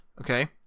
okay